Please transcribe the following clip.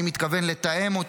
אני מתכוון לתאם אותה,